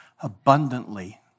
abundantly